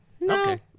No